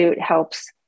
helps